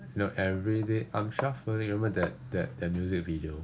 you know every day I'm shuffling remember that that that music video